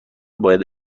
باید